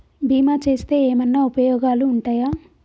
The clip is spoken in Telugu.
బీమా చేస్తే ఏమన్నా ఉపయోగాలు ఉంటయా?